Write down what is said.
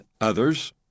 others